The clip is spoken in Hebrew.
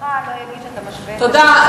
הרווחה לא יגיד שאתה משווה את זה, תודה.